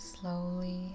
Slowly